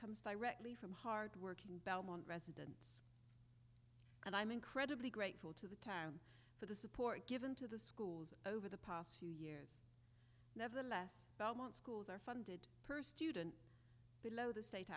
comes directly from hardworking belmont residents and i'm incredibly grateful to the town for the support given to the schools over the past few years nevertheless belmont school did per student below the state